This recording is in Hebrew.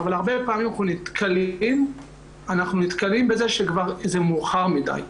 אבל הרבה פעמים אנחנו נתקלים בזה שכבר זה מאוחר מדי.